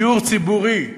דיור ציבורי,